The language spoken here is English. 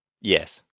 yes